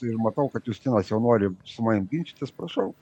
ir matau kad justinas jau nori su manim ginčytis prašau